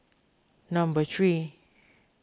number three